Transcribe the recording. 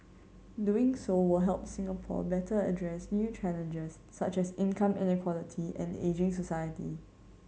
doing so will help Singapore better address new challenges such as income inequality and ageing society